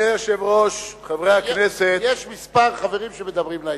יש כמה חברים שמדברים לעניין.